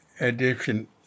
edition